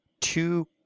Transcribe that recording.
two